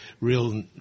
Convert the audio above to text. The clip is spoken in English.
real